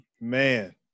man